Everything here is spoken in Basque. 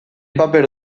paper